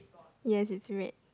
ya it's red